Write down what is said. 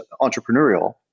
entrepreneurial